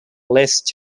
list